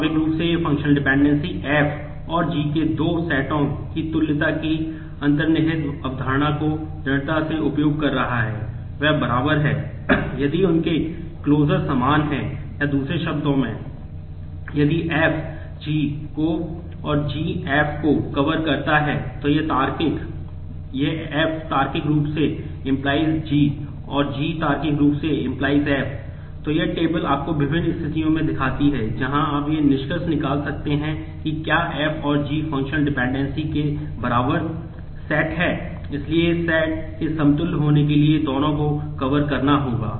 स्वाभाविक रूप से यह फंक्शनल डिपेंडेंसी करना होगा